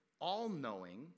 all-knowing